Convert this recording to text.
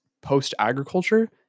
post-agriculture